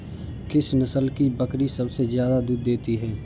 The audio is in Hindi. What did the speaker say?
किस नस्ल की बकरी सबसे ज्यादा दूध देती है?